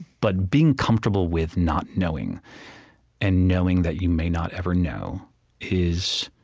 but being comfortable with not knowing and knowing that you may not ever know is